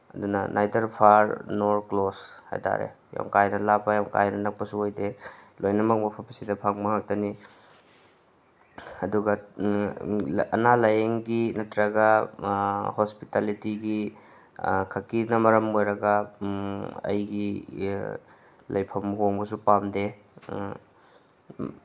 ꯑꯗꯨꯅ neither far nor close ꯍꯥꯏ ꯇꯥꯔꯦ ꯌꯥꯝ ꯀꯥ ꯍꯦꯟꯅ ꯂꯥꯞꯄ ꯌꯥꯝ ꯀꯥ ꯍꯦꯟꯅ ꯅꯛꯄꯁꯨ ꯑꯣꯏꯗꯦ ꯂꯣꯏꯅꯃꯛ ꯃꯐꯝꯁꯤꯗ ꯐꯪꯕ ꯉꯥꯛꯇꯅꯤ ꯑꯗꯨꯒ ꯑꯅꯥ ꯂꯥꯏꯌꯦꯡꯒꯤ ꯅꯠꯇ꯭ꯔꯒ ꯍꯣꯁꯄꯤꯇꯦꯂꯤꯇꯤꯒꯤ ꯈꯛꯀꯤꯅ ꯃꯔꯝ ꯑꯣꯏꯔꯒ ꯑꯩꯒꯤ ꯂꯩꯐꯝ ꯍꯣꯡꯕꯁꯨ ꯄꯥꯝꯗꯦ